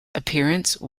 appearance